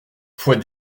fois